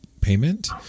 payment